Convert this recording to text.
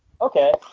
okay